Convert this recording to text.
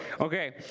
Okay